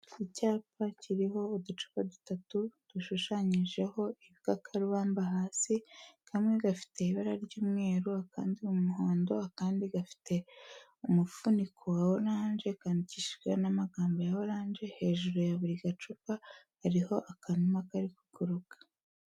Icyapa kiriho uducupa dutatu dushushanyije ibikakarubamba hasi, kamwe gafite ibara ry'umweru, akandi ni umuhondo, akandi gafite umufuniko wa oranje kandikishijweho n'amagambo ya oranje, hejuru ya buri gacupa hariho akanuma kari kuguruka.